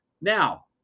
Now